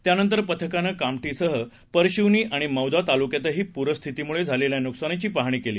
त्यानंतरपथकानंकामठीसहपरशिवनीआणिमौदातालुक्यातहीपूरस्थितीमुळेझालेल्यानुकसानीचीपाहणीकेली